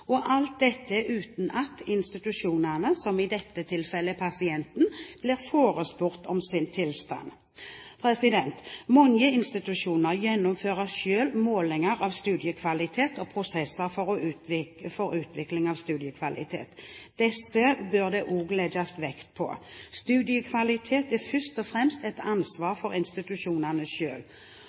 Og alt dette uten at institusjonene, som i dette tilfellet er pasienten, blir forespurt om sin tilstand. Mange institusjoner gjennomfører selv målinger av studiekvalitet og prosesser for utvikling av studiekvalitet. Disse bør det også legges vekt på. Studiekvalitet er først og fremst et ansvar for institusjonene